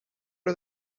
are